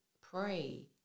pray